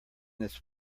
this